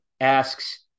asks